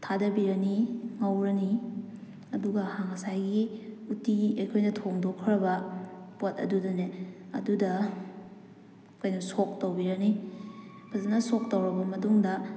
ꯊꯥꯗꯕꯤꯔꯅꯤ ꯉꯧꯔꯅꯤ ꯑꯗꯨꯒ ꯉꯁꯥꯏꯒꯤ ꯎꯇꯤ ꯑꯩꯈꯣꯏꯅ ꯊꯣꯡꯗꯣꯛꯈ꯭ꯔꯕ ꯄꯣꯠ ꯑꯗꯨꯗꯅꯦ ꯑꯗꯨꯗ ꯀꯩꯅꯣ ꯁꯣꯛ ꯇꯧꯕꯤꯔꯅꯤ ꯐꯖꯅ ꯁꯣꯛ ꯇꯧꯔꯕ ꯃꯇꯨꯡꯗ